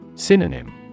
Synonym